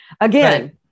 Again